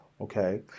okay